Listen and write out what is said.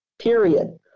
period